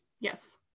Yes